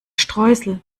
streusel